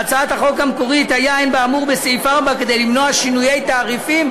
בהצעת החוק המקורית היה באמור בסעיף 4 כדי למנוע שינויי תעריפים.